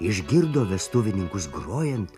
išgirdo vestuvininkus grojant